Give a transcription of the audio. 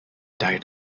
died